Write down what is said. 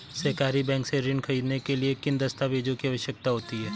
सहरी बैंक से ऋण ख़रीदने के लिए किन दस्तावेजों की आवश्यकता होती है?